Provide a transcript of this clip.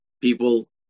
people